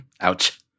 Ouch